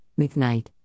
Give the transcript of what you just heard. McKnight